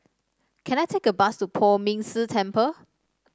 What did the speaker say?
can I take a bus to Poh Ming Tse Temple